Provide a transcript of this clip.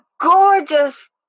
gorgeous